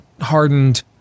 hardened